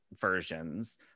versions